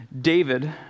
David